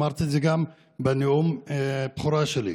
ואמרתי את זה גם בנאום הבכורה שלי,